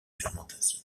fermentation